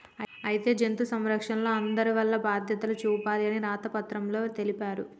అయితే జంతు సంరక్షణలో అందరూ వాల్ల బాధ్యతలు చూపాలి అని రాత పత్రంలో తెలిపారు